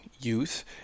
youth